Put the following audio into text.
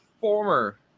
former